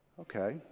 Okay